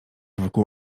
wokół